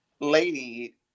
lady